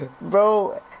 bro